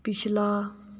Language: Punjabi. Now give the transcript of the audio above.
ਪਿਛਲਾ